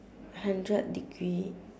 hundred degree